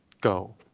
go